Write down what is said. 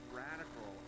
radical